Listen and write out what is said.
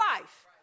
life